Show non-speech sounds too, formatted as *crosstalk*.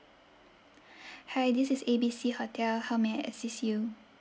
*breath* hi this is A B C hotel how may I assist you